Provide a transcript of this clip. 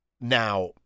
Now